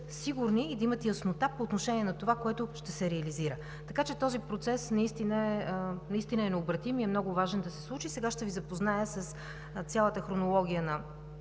сигурни и да имат яснота по отношение на това, което ще се реализира. Така че този процес наистина е необратим и е много важно да се случи. Сега ще Ви запозная с цялата хронология на